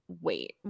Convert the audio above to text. wait